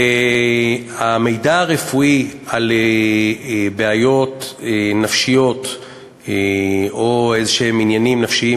והמידע הרפואי על בעיות נפשיות או עניינים נפשיים